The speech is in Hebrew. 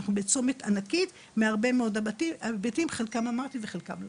שאנחנו בצומת ענקית מהרבה מאוד היבטים שאת חלקם אמרתי ואת חלקם לא.